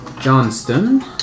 Johnston